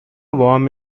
warm